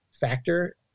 factor